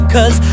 Cause